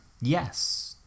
yes